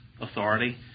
authority